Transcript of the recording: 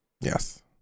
Yes